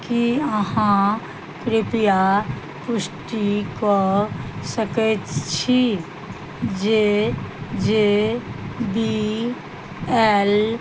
की अहाँ कृपया पुष्टि कऽ सकैत छी जे जे बी एल